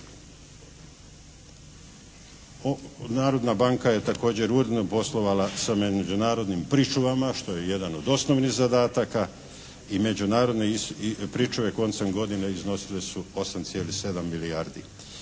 Narodna banka je također uredno poslovala sa međunarodnim pričuvama što je jedan od osnovnih zadataka i međunarodne pričuve koncem godine iznosile su 8,7 milijardi.